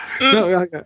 no